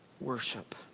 worship